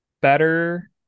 better